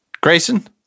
Grayson